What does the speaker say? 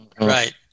Right